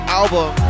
album